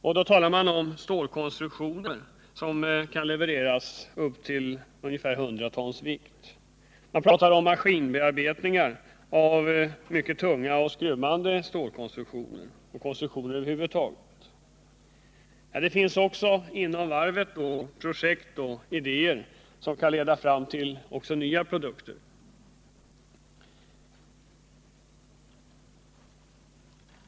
Personalen har bl.a. framfört tankar på stålkonstruktioner på upp till ungefär 100 tons vikt, maskinbearbetningar av mycket tunga och skrymmande stålkonstruktioner m.m. Det finns också inom varvet projekt och idéer som kan leda fram till helt nya produkter.